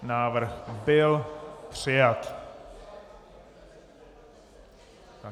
Návrh byl přijat.